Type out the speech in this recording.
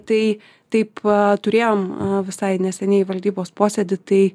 tai taip turėjom visai neseniai valdybos posėdį tai